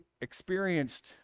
experienced